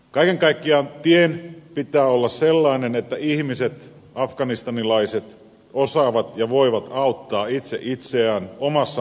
kaiken kaikkiaan tien pitää olla sellainen että ihmiset afganistanilaiset osaavat ja voivat auttaa itse itseään omassa maassaan